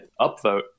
upvote